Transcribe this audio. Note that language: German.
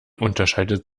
unterscheidet